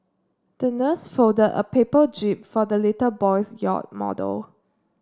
the nurse folded a paper jib for the little boy's yacht model